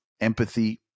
empathy